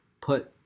put